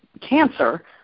cancer